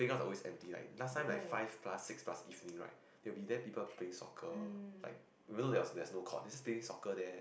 oh pack um